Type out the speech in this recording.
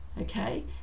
okay